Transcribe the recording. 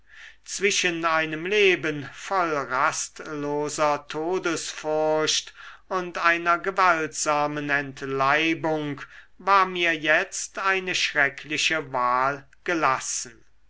zwischen einem leben voll rastloser todesfurcht und einer gewaltsamen entleibung war mir jetzt eine schreckliche wahl gelassen